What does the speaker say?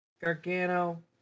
Gargano